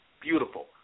Beautiful